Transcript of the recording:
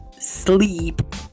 sleep